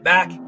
Back